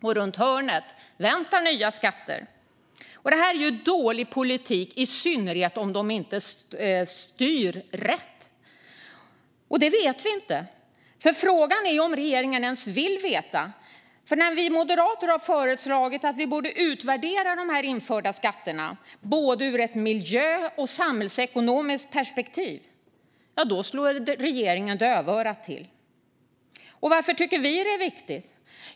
Och runt hörnet väntar nya skatter. Detta är dålig politik, i synnerhet om dessa skatter inte styr rätt. Och det vet vi inte. Frågan är om regeringen ens vill veta. För när vi moderater har föreslagit att vi borde utvärdera dessa införda skatter, både ur miljöperspektiv och samhällsekonomiskt perspektiv har regeringen slagit dövörat till. Varför tycker vi att detta är viktigt?